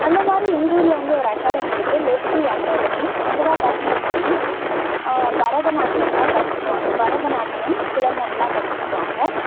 அந்த மாதிரி எங்கள் ஊரில் வந்து ஒரு அக்காடமி இருக்குது லெஸ்லி அக்காடமி அங்கே தான் பசங்க போய் பரதநாட்டியம்லாம் கற்றுக்குவாங்க பரதநாட்டியம் சிலம்பம்லாம் கற்றுக்குவாங்க